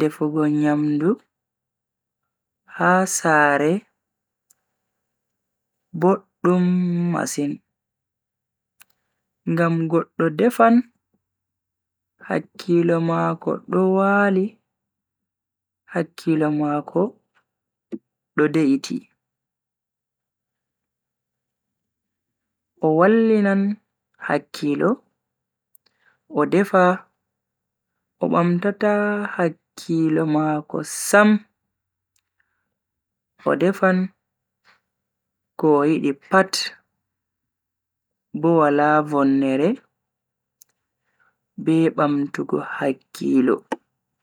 Defugo nyamdu ha sare boddum masin ngam goddo defan hakkilo mako do wali hakkilo mako do de'iti. O wallinan hakkilo o defa o bamtata hakkilo mako sam o defan ko o yidi pat bo wala vonnere be bamtugo hakkilo.